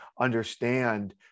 understand